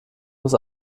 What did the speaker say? muss